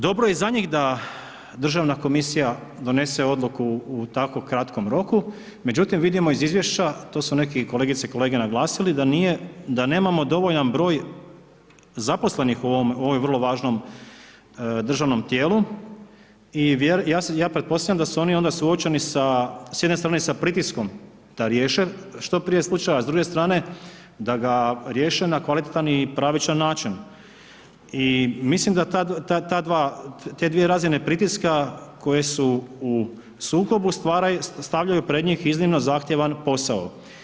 Dobro je i za njih da državna komisija donese odluku u tako kratkom roku, međutim vidimo iz izvješća to su neki kolegice i kolege naglasili da nije, da nemamo dovoljan broj zaposlenih u ovom, ovoj vrlo važnom držanom tijelu i ja pretpostavljam da su onda oni suočeni sa, s jedne strane s pritiskom da riješe što prije slučaj, a s druge strane da ga riješe na kvalitetan i pravičan način i mislim da ta dva, te dvije razine pritiska koje su u sukobu stavljaju pred njih iznimno zahtjevan posao.